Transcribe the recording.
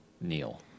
Neil